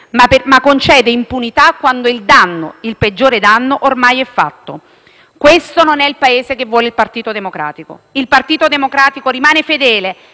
ma concede impunità quando il danno, quello peggiore, ormai è fatto. Questo non è il Paese che vuole il Partito Democratico. Il Partito Democratico rimane fedele